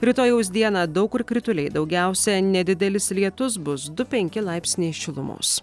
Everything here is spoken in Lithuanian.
rytojaus dieną daug kur krituliai daugiausiai nedidelis lietus bus du penki laipsniai šilumos